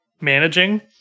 managing